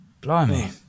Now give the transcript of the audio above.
Blimey